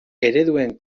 ereduen